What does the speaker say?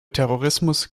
terrorismus